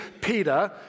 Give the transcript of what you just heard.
Peter